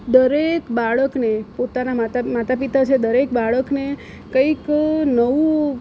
દરેક બાળકને પોતાના માતા માતા પિતા જે દરેક બાળકને કંઈક નવું